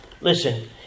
Listen